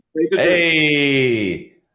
hey